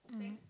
mm